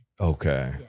Okay